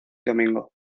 domingo